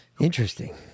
Interesting